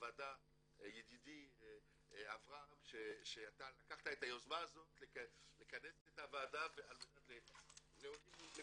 הוועדה ידידי אברהם שאתה לקחת את היוזמה הזאת לכנס את הוועדה לעולים מכל